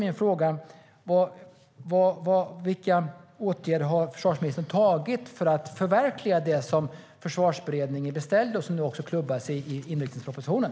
Min fråga är: Vilka åtgärder har försvarsministern vidtagit för att förverkliga det som Försvarsberedningen beställde och som nu också klubbas i inriktningspropositionen?